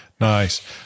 Nice